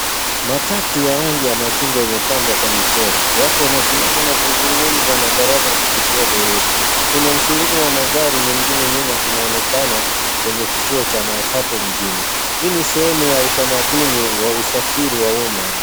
Matatu ya rangi ya machungwa imepambwa kwa michoro. Watu wanasimama na kuzungumza na dereva kupitia dirisha. Kuna msururu wa magari mengine nyuma, inaonekana kwenye kituo cha matatu mjini. Hii ni sehemu ya utamaduni wa usafiri wa umma.